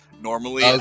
normally